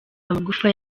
amagufa